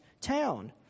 town